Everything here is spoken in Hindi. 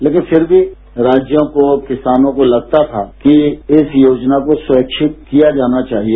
लेकिन फिर भी राज्यों को किसानों को लगता था कि इस योजना को स्वैच्छिक किया जाना चाहिए